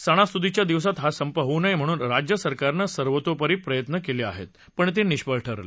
सणासुदीच्या दिवसात हा संप होऊ नये म्हणून राज्य सरकारनं सर्वतोपरीप्रयत्न केले पण ते निष्फळ ठरले